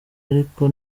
ariko